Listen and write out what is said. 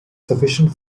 sufficient